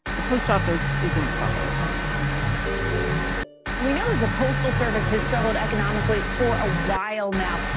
the post office is in trouble we know that the postal service has struggled economically for a while now,